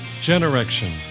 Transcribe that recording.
Generation